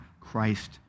Christ